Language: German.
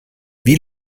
wie